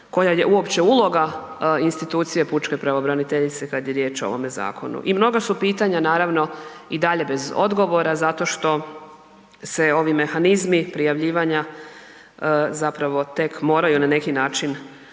koja je uopće uloga institucije pučke pravobraniteljice kada je riječ o ovome zakonu. I mnoga su pitanja naravno i dalje bez odgovora, zato što se ovi mehanizmi prijavljivanja tek moraju na neki način uhodati.